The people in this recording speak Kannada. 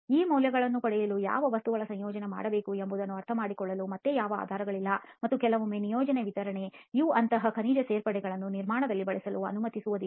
ಈ ಮೌಲ್ಯಗಳನ್ನು ಪಡೆಯಲು ಯಾವ ವಸ್ತುಗಳ ಸಂಯೋಜನೆಯನ್ನು ಬಳಸಬೇಕು ಎಂಬುದನ್ನು ಅರ್ಥಮಾಡಿಕೊಳ್ಳಲು ಮತ್ತೆ ಯಾವುದೇ ಆಧಾರಗಳಿಲ್ಲ ಮತ್ತು ಕೆಲವೊಮ್ಮೆ ಯೋಜನೆಯ ವಿವರಣೆಯು ಅಂತಹ ಖನಿಜ ಸೇರ್ಪಡೆಗಳನ್ನು ನಿರ್ಮಾಣದಲ್ಲಿ ಬಳಸಲು ಅನುಮತಿಸುವುದಿಲ್ಲ